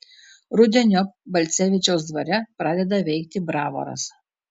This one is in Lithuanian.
rudeniop balcevičiaus dvare pradeda veikti bravoras